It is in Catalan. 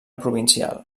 provincial